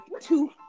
two